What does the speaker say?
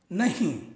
नहीं